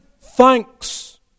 thanks